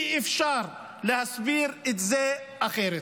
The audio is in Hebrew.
אי-אפשר להסביר את זה אחרת.